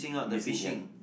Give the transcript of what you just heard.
missing ya